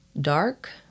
dark